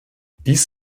dies